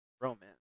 romance